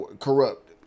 corrupt